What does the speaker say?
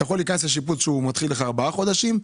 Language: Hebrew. אתה יכול להיכנס לשיפוץ שמתחיל בארבעה חודשים,